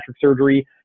surgery